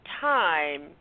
time